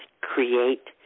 create